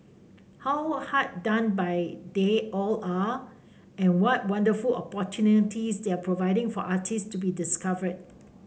how hard done by they all are and what wonderful opportunities they're providing for artists to be discovered